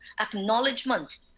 acknowledgement